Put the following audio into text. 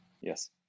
Yes